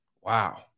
wow